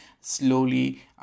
slowly